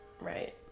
Right